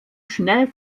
schnell